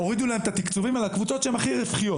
הורידו להם את התקציבים לקבוצות שהן הכי רווחיות.